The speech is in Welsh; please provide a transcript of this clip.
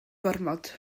gormod